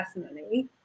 personally